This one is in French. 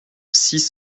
six